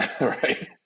Right